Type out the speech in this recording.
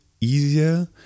easier